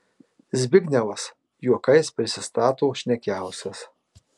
zbignevas juokais prisistato šnekiausias